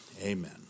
Amen